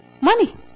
Money